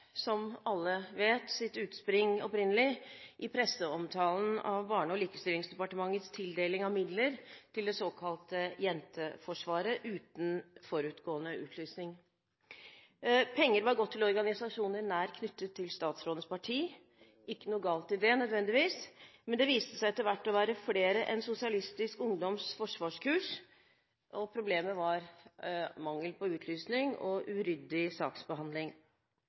som alle vet, opprinnelig sitt utspring i presseomtalen av Barne- og likestillingsdepartementets tildeling av midler til det såkalte Jenteforsvaret uten forutgående utlysning. Penger var gått til organisasjoner nær knyttet til statsrådens parti. Det er ikke nødvendigvis noe galt i det, men det viste seg etter hvert å være flere enn Sosialistisk Ungdoms forsvarskurs. Problemet var mangel på utlysning og uryddig saksbehandling.